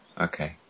Okay